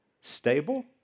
Stable